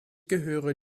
gehöre